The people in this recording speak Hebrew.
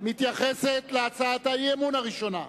מתייחסת להצעת האי-אמון הראשונה,